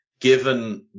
Given